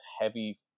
heavy